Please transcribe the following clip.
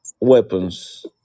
weapons